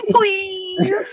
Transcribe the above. please